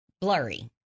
blurry